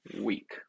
week